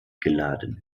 geladen